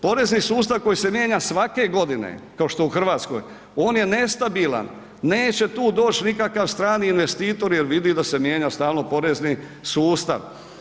Porezni sustav koji se mijenja svake godine, kao što je u Hrvatskoj on je nestabilan, neće tu doći nikakav strani investitor jer vidi da se mijenja stalno porezni sustav.